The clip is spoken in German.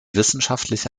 wissenschaftliche